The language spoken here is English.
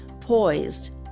poised